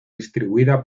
distribuida